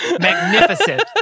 Magnificent